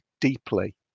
deeply